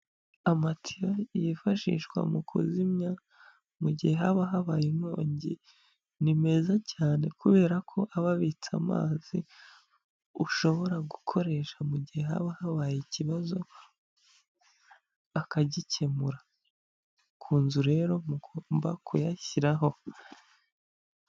Amatiyo yifashishwa mu kuzimya mu gihe haba habaye inkongi, ni meza cyane kubera ko aba abitse amazi ushobora gukoresha mu gihe haba habaye ikibazo akagikemura, ku nzu rero mugomba kuyashyiraho.